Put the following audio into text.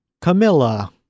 Camilla